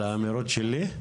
על האמירות שלי?